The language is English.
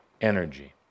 energy